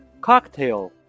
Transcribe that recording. Cocktail